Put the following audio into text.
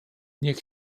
niech